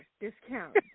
discount